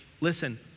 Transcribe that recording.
listen